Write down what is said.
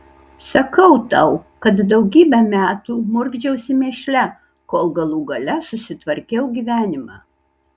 sakau tau kad daugybę metų murkdžiausi mėšle kol galų gale susitvarkiau gyvenimą